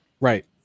Right